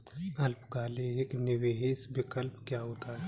अल्पकालिक निवेश विकल्प क्या होता है?